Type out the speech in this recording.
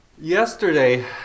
yesterday